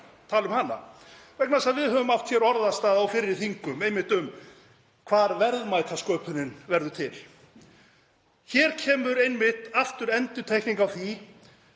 tala um hana vegna þess að við höfum átt hér orðastað á fyrri þingum einmitt um hvar verðmætasköpunin verður til. Hér kemur einmitt aftur endurtekning á því